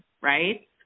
right